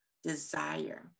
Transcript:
Desire